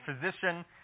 physician